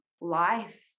life